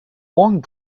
long